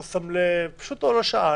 לא שם לב פשוט הוא לא שאל